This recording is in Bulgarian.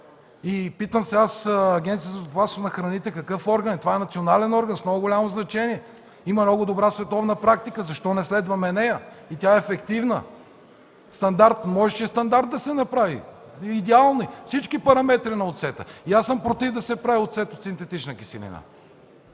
Питам се аз, Агенцията по безопасност на храните какъв орган е? Това е национален орган с много голямо значение. Има много добра световна практика, защо не следваме нея? Тази практика е ефективна. Стандарт – можеше и стандарт да се направи. Идеално, всички параметри на оцета. Аз съм против да се прави оцет от синтетична киселина.